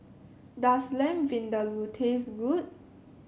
does Lamb Vindaloo taste good